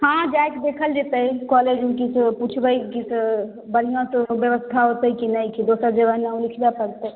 हँ जायके देखल जेतै कॉलेजमे किछो पूछबे की तऽ बढ़िऑं सऽ ब्यबस्था होतै की नहि की दोसर जगह नाम लिखबै परते